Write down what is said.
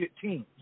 teams